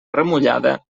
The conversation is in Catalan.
remullada